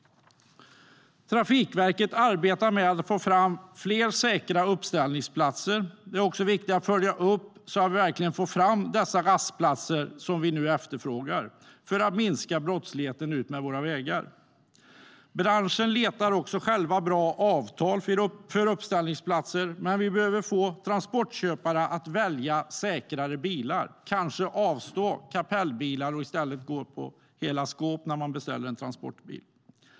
Trafikverket arbetar med att få fram fler säkra uppställningsplatser. Det är viktigt att följa upp det, så att vi verkligen får fram de rastplatser som vi efterfrågar, för att minska brottsligheten utmed våra vägar. Inom branschen letar man själv bra avtal för uppställningsplatser. Men vi behöver få transportköpare att välja säkrare bilar, kanske avstå från kapellbilar och i stället välja hela skåp när de beställer en transportbil.